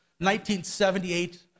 1978